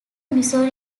missouri